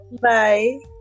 Bye